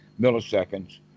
milliseconds